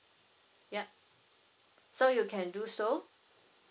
yup so you can do so